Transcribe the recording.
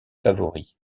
favoris